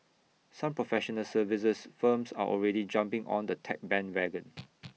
some professional services firms are already jumping on the tech bandwagon